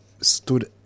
stood